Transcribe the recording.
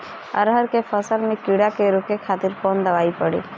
अरहर के फसल में कीड़ा के रोके खातिर कौन दवाई पड़ी?